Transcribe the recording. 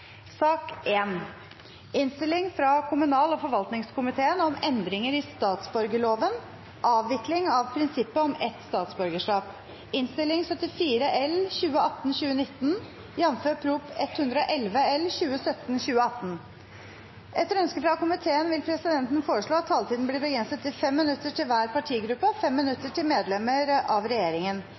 sak nr. 2. Etter ønske fra kommunal- og forvaltningskomiteen vil presidenten foreslå at taletiden blir begrenset til 5 minutter til hver partigruppe og 5 minutter til medlemmer av regjeringen.